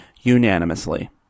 unanimously